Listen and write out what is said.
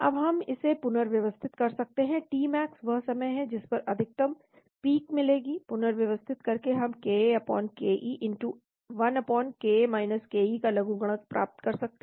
अब हम इसे पुनर्व्यवस्थित कर सकते हैं टी मैक्स वह समय है जिस पर अधिकतम पीक मिलेगी पुनर्व्यवस्थित करके हम kake 1 ka ke का लघुगणक प्राप्त कर सकते हैं